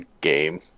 game